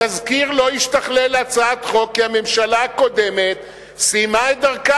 התזכיר לא השתכלל להצעת חוק כי הממשלה הקודמת סיימה את דרכה,